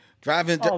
Driving